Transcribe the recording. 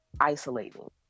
isolating